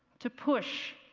to push,